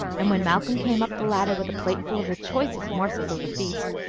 and when malcolm came up the ladder with a plateful of the choicest morsels of the feast,